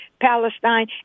Palestine